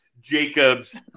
jacob's